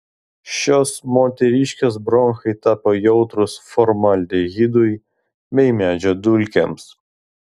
šios moteriškės bronchai tapo jautrūs formaldehidui bei medžio dulkėms